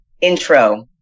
intro